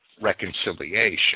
reconciliation